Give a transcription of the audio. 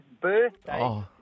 birthday